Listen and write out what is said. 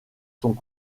sont